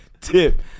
tip